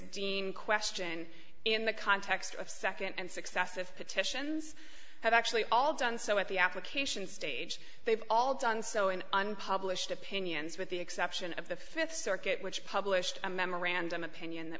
ashton in the context of second and successive petitions have actually all done so at the application stage they've all done so in unpublished opinions with the exception of the fifth circuit which published a memorandum opinion that